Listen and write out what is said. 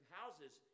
houses